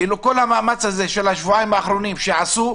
כאילו כל המאמץ הזה של השבועיים האחרונים שעשו,